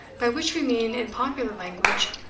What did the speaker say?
by which we mean, in popular language,